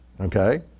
Okay